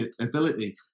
ability